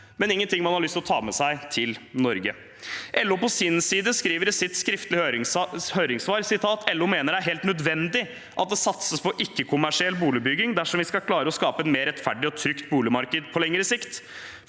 men ikke noe man har lyst til å ta med seg til Norge. LO skriver på sin side i sitt skriftlige høringssvar: «LO mener det er helt nødvendig at det satses på ikke-kommersiell boligutbygging dersom vi skal klare å skape et mer rettferdig og trygt boligmarked på lengre sikt.